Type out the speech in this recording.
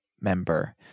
member